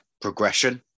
progression